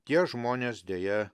tie žmonės deja